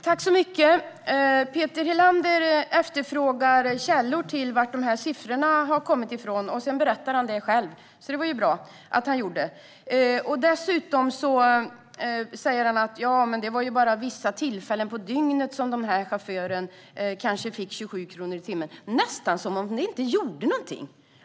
Fru talman! Peter Helander efterfrågade källor, var de här sifforna har kommit ifrån. Sedan berättade han det själv. Det var ju bra att han gjorde det. Dessutom sa han att det bara var vid vissa tillfällen på dygnet som den här chauffören kanske fick 27 kronor i timmen - nästan som om det inte gjorde någonting!